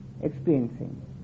experiencing